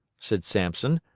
said sampson,